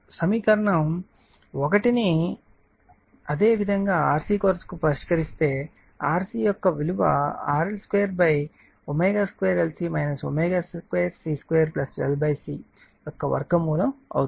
సమీకరణం 1 ని అదేవిధంగా RC కొరకు పరిష్కరిస్తే RC యొక్క విలువ RL2ω2LC 1ω2C 2 L C యొక్క వర్గమూలం అవుతుంది